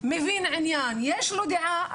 מבין עניין שיש לו דעה,